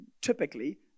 typically